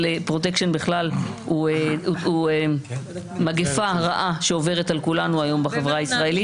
אבל פרוטקשן בכלל הוא מגפה רעה שעוברת על כולנו היום בחברה הישראלית.